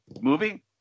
movie